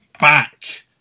back